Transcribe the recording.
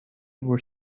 were